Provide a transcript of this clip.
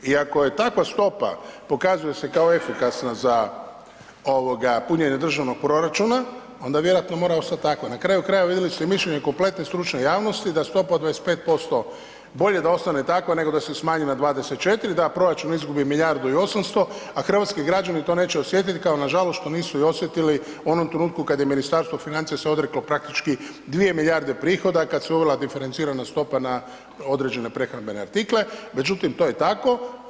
I ako takva stopa pokazuje se kao efikasna za punjenje državnog proračuna, onda vjerovatno mora ostat takva, na kraju krajeva, vidjeli ste i mišljenje kompletne stručne javnosti da stopa od 25% bolje da ostane takva nego da se smanji na 24 da proračun izgubi milijardu i 800 a hrvatski građani to neće osjetiti kao nažalost što nisu i osjetili u onom trenutku kad se Ministarstvo financija se odreklo praktički 2 milijardi prihoda, kad se uvela diferencirana stopa na određene prehrambene artikle međutim to je tako.